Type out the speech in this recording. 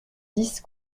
dix